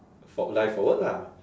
for~ lie forward lah